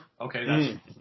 Okay